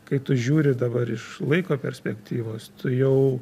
kai tu žiūri dabar iš laiko perspektyvos tu jau